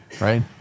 right